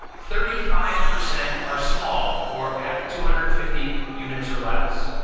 thirty five percent are small or have two hundred and fifty units or less,